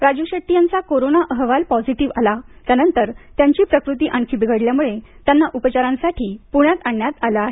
राजू शेट्टी यांचा कोरोना अहवाल पॉझिटिव्ह आला त्यानंतर त्यांची प्रकृती आणखी बिघडल्यामुळे त्यांना उपचारांसाठी पुण्यात आणण्यात आलं आहे